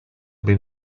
been